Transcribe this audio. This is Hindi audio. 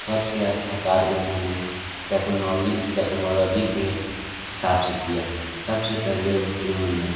सबसे अच्छा कार्य उन्होनें टेक्नोलजी टेक्नोलॉजी के हिसाब से किया सबसे पहले उन्होनें